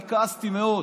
אני כעסתי מאוד.